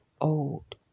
old